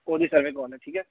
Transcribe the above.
ओह्दी सैकंड काल ऐ ठीक ऐ